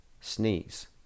sneeze